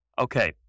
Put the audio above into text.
Okay